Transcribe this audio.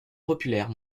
populaire